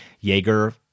Jaeger